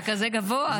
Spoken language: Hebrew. אושר, אתה כזה גבוה.